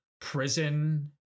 prison